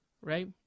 Right